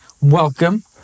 welcome